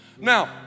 Now